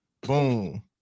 boom